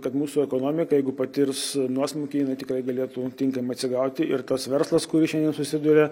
kad mūsų ekonomika jeigu patirs nuosmukį jinai tikrai galėtų tinkamai atsigauti ir tas verslas kuris šiandien susiduria